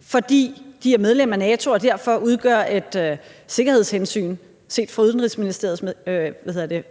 fordi de er medlemmer af NATO og derfor udgør et sikkerhedshensyn set med Udenrigsministeriets